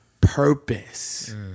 purpose